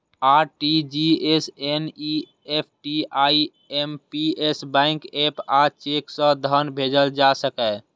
RTGS, NEFT, IMPS, bank app आ cheque सं धन भेजल जा सकैए